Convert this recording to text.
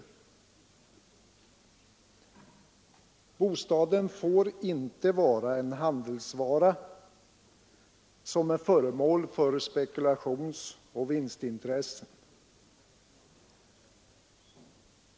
Bostaden får inte vara en handelsvara som är föremål för spekulationsoch vinstintressen.